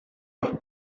los